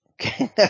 Okay